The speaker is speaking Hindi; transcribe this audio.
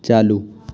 चालू